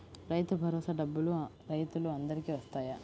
రైతు భరోసా డబ్బులు రైతులు అందరికి వస్తాయా?